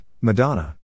Madonna